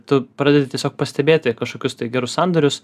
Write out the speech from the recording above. tu pradedi tiesiog pastebėti kažkokius tai gerus sandorius